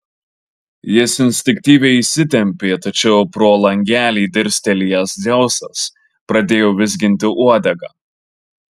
jis instinktyviai įsitempė tačiau pro langelį dirstelėjęs dzeusas pradėjo vizginti uodegą